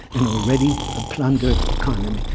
an already plundered economy,